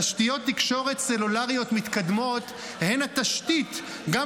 תשתיות תקשורת סלולריות מתקדמות הן התשתית גם